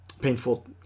painful